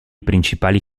principali